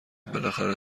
بالاخره